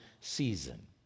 season